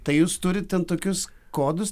tai jūs turit ten tokius kodus